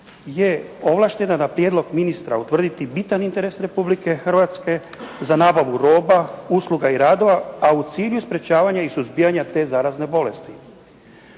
je ovlaštena na prijedlog ministra utvrditi bitan interes Republike Hrvatske za nabavu roba, usluga i radova, a u cilju sprječavanja i suzbijanja te zarazne bolesti.